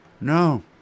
No